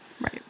Right